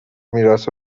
میراث